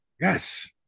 yes